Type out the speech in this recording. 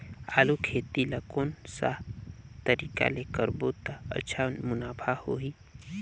आलू खेती ला कोन सा तरीका ले करबो त अच्छा मुनाफा होही?